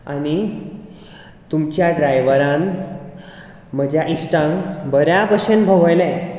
आनी तुमच्या ड्रायवरान म्हज्या इश्टांक बऱ्या भशेन भोंवयलें